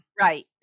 Right